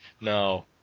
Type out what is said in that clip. No